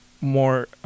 more